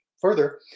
Further